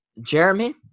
Jeremy